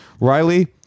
Riley